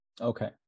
okay